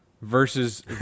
Versus